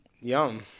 Yum